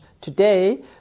Today